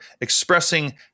expressing